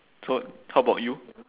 so how about you